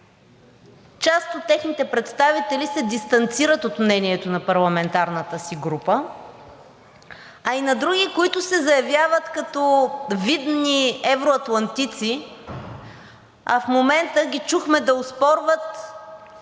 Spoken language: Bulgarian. част от техните представители се дистанцират от мнението на парламентарната си група, а и на други, които се заявяват като видни евроатлантици, а в момента ги чухме да оспорват